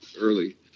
early